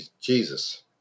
Jesus